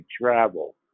travel